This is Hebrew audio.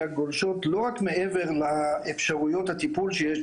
גולשות לא רק מעבר לאפשרויות הטיפול שיש.